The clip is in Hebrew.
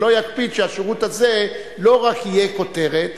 שלא יקפיד שהשירות הזה לא רק יהיה כותרת,